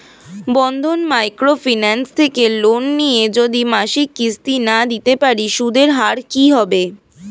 বন্ধন micro finance থেকে loan নিয়ে যদি মাসিক কিস্তি না দিতে পারি সুদের হার কি হবে?